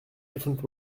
different